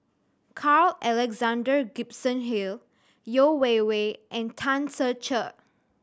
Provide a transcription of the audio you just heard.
Carl Alexander Gibson Hill Yeo Wei Wei and Tan Ser Cher